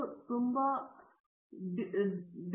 ಪ್ರತಾಪ್ ಹರಿಡೋಸ್ ಗಮನ ವ್ಯಾಪ್ತಿಯು ಕಡಿಮೆ